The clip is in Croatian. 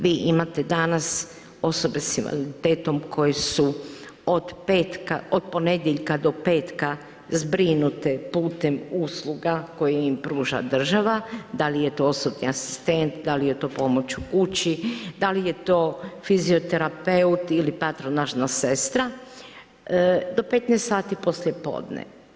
Vi imate danas osobe s invaliditetom koje su od ponedjeljka do petka zbrinute putem usluga koje ima pruža država, da li je to osobni asistent, da li je to pomoć u kući, da li je to fizioterapeut ili patronažna sestra, do 15 sati poslijepodne.